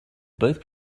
both